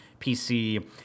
PC